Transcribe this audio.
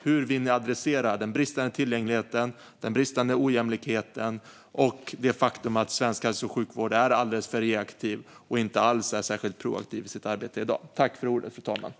Hur vill ni adressera den bristande tillgängligheten, ojämlikheten och det faktum att svensk hälso och sjukvård är alldeles för reaktiv och inte alls särskilt proaktiv i sitt arbete i dag?